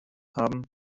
haben